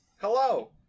Hello